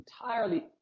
entirely